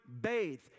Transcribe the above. bathe